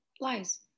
lies